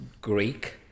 Greek